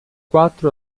quatro